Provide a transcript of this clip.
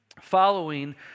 Following